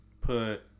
put